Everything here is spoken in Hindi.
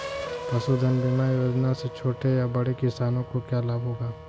पशुधन बीमा योजना से छोटे या बड़े किसानों को क्या लाभ होगा?